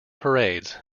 parades